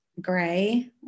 gray